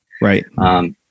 Right